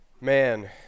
Man